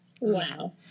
Wow